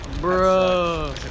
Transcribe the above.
Bro